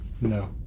No